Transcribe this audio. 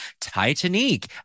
Titanic